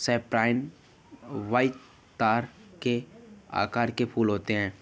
Cyprus vine तारे के आकार के फूल होता है